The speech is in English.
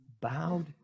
bowed